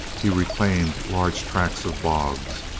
he reclaimed large tracts of bogs,